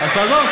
עזוב,